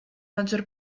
maggior